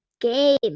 game